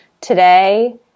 Today